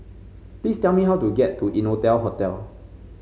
please tell me how to get to Innotel Hotel